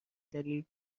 دلیل